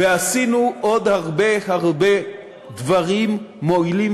ועשינו עוד הרבה הרבה דברים מועילים